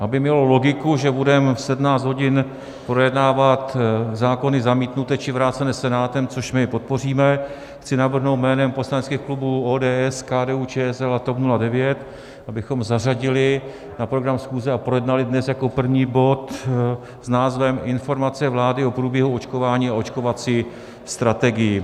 Aby mělo logiku, že budeme v 17 hodin projednávat zákony zamítnuté či vrácené Senátem, což my podpoříme, chci navrhnout jménem poslaneckých klubů ODS, KDUČSL a TOP 09, abychom zařadili na program schůze a projednali dnes první bod s názvem Informace vlády o průběhu očkování a očkovací strategii.